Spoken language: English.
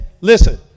Listen